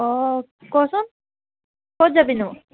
অঁ কচোন ক'ত যাবিনো